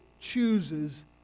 chooses